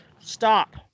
Stop